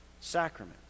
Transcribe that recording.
sacrament